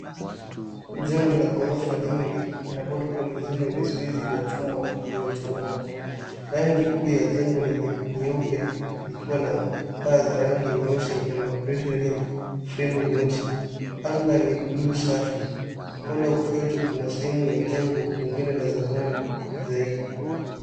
Jengo la ghorofa nyingi na balkoni zenye vizuizi vya chuma, viliochungwa rangi kuu la jengo lenye ni nyeupe likiwa na paa za rangi nyeusi na madirisha yenye fremu nyeusi. Anga ni(cs) blue(cs) safi, upande wa kushoto kuna sehemu ya jengo jingine la zamani zaidi.